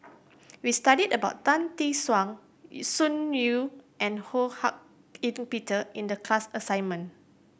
we studied about Tan Tee Suan Sun Yee and Ho Hak Ean Peter in the class assignment